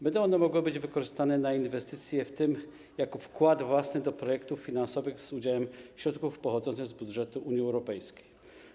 Będą one mogły być wykorzystane na inwestycje, w tym jako wkład własny w ramach projektów finansowanych z udziałem środków pochodzących z budżetu Unii Europejskiej.